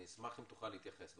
אשמח אם תוכל להתייחס,